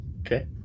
Okay